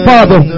Father